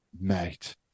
mate